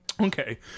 okay